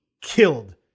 killed